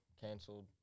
canceled